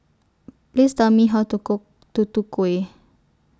Please Tell Me How to Cook Tutu Kueh